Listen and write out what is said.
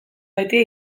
baitie